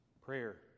Prayer